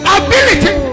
ability